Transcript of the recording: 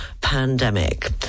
pandemic